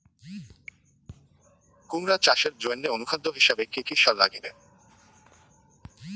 কুমড়া চাষের জইন্যে অনুখাদ্য হিসাবে কি কি সার লাগিবে?